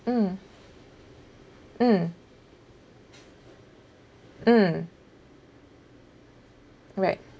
mm mm mm right